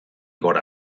gora